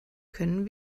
können